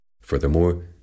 Furthermore